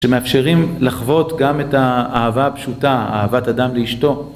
שמאפשרים לחוות גם את האהבה הפשוטה, אהבת אדם לאשתו